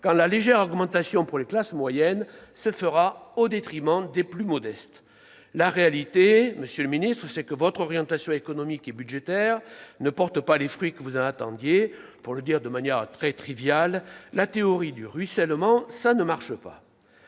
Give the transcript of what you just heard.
quand la légère augmentation pour les classes moyennes se fera au détriment des plus modestes. La réalité, monsieur le secrétaire d'État, c'est que votre orientation économique et budgétaire ne porte pas les fruits que vous en attendiez. Pour le dire de manière très triviale, la théorie du ruissellement ne fonctionne pas